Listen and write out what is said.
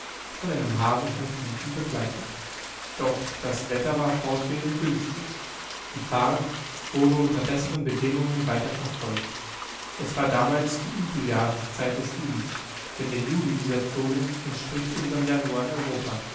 von einem hagel von flüchen begleitet doch das wetter war fortwährend günstig die fahrt wurde unter besseren bedingungen weiter verfolgt es war damals die üble jahreszeit des südens denn der juli dieser zone entspricht unserm januar in europa